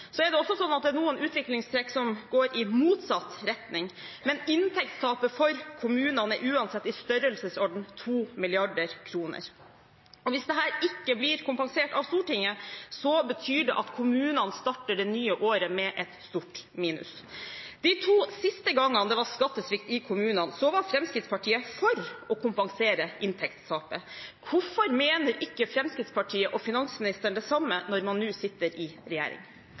er også noen utviklingstrekk som går i motsatt retning, men inntektstapet for kommunene er uansett i størrelsesorden 2 mrd. kr. Hvis dette ikke blir kompensert av Stortinget, betyr det at kommunene starter det nye året med et stort minus. De to siste gangene det var skattesvikt i kommunene, var Fremskrittspartiet for å kompensere inntektstapet. Hvorfor mener ikke Fremskrittspartiet og finansministeren det samme når man nå sitter i regjering?